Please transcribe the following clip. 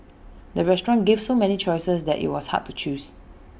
the restaurant gave so many choices that IT was hard to choose